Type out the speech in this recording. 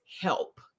help